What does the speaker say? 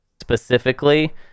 specifically